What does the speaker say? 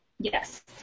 Yes